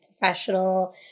professional